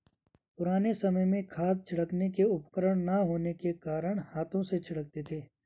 पुराने समय में खाद छिड़कने के उपकरण ना होने के कारण हाथों से छिड़कते थे